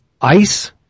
Ice